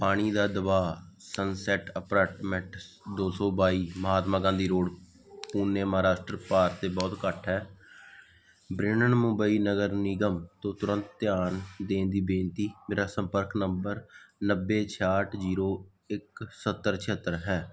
ਪਾਣੀ ਦਾ ਦਬਾਅ ਸਨਸੈੱਟ ਅਪਾਰਟਮੈਂਟਸ ਦੋ ਸੌ ਬਾਈ ਮਹਾਤਮਾ ਗਾਂਧੀ ਰੋਡ ਪੁਣੇ ਮਹਾਰਾਸ਼ਟਰ ਭਾਰਤ 'ਤੇ ਬਹੁਤ ਘੱਟ ਹੈ ਬ੍ਰਿਹਨਮੁੰਬਈ ਨਗਰ ਨਿਗਮ ਤੋਂ ਤੁਰੰਤ ਧਿਆਨ ਦੇਣ ਦੀ ਬੇਨਤੀ ਮੇਰਾ ਸੰਪਰਕ ਨੰਬਰ ਨੱਬੇ ਛਿਆਹਠ ਜ਼ੀਰੋ ਇੱਕ ਸੱਤਰ ਛਿਹੱਤਰ ਹੈ